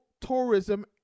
tourism